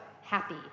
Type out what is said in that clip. happy